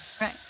right